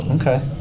okay